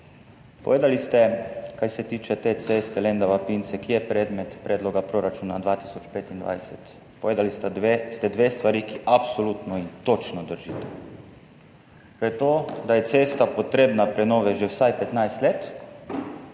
Povedali ste, kar se tiče ceste Lendava–Pince, ki je predmet predloga proračuna 2025, dve stvari, ki absolutno in točno držita. To je to, da je cesta potrebna prenove že vsaj 15 let